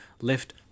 left